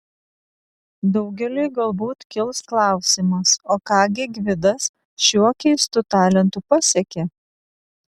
daugeliui galbūt kils klausimas o ką gi gvidas šiuo keistu talentu pasiekė